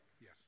yes